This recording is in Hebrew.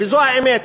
וזו האמת.